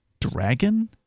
dragon